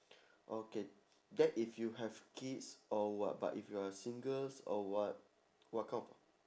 okay that if you have kids or what but if you are singles or what what kind of